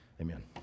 Amen